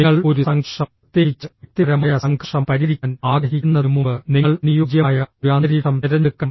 നിങ്ങൾ ഒരു സംഘർഷം പ്രത്യേകിച്ച് വ്യക്തിപരമായ സംഘർഷം പരിഹരിക്കാൻ ആഗ്രഹിക്കുന്നതിനുമുമ്പ് നിങ്ങൾ അനുയോജ്യമായ ഒരു അന്തരീക്ഷം തിരഞ്ഞെടുക്കണം